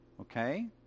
Okay